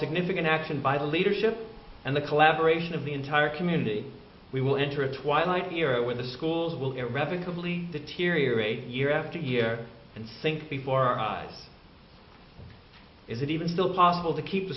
significant action by the leadership and the collaboration of the entire community we will enter a twilight era where the schools will irrevocably the teary or eight year after year and think before our eyes is it even still possible to keep the